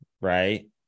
right